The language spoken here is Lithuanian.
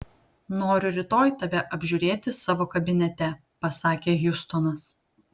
noriu rytoj tave apžiūrėti savo kabinete pasakė hjustonas